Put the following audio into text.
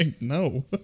No